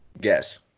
guess